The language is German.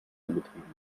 angetrieben